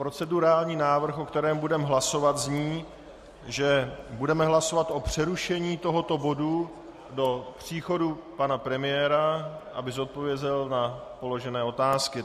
Procedurální návrh, o kterém budeme hlasovat, zní, že budeme hlasovat o přerušení tohoto bodu do příchodu pana premiéra, aby odpověděl na položené otázky.